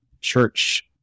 church